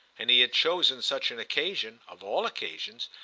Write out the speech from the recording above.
and he had chosen such an occasion, of all occasions,